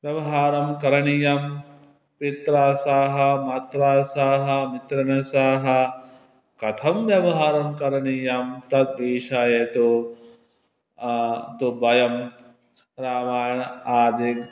व्यवहारः करणीयः पित्रा सह मात्रा सह मित्रेण सह कथं व्यवहारः करणीयः तद् प्रेषणाय तु तु वयं रामायण आदिकं